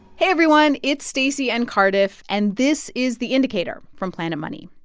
hey, everyone. it's stacey and cardiff. and this is the indicator from planet money.